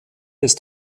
ist